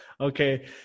Okay